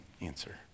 answer